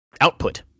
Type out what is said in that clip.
output